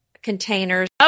Containers